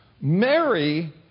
Mary